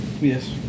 Yes